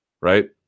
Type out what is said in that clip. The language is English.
right